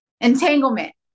entanglement